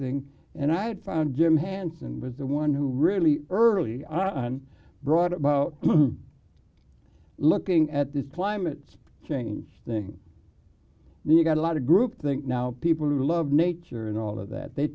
thing and i had found jim hansen was the one who really early on brought about looking at this climate change thing no you got a lot of groupthink now people who love nature and all of that they